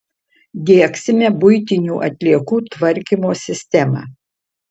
diegsime buitinių atliekų tvarkymo sistemą